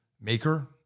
maker